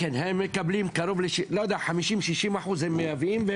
כן, הם מקבלים קרוב ל-50-60 אחוז הם מייבאים.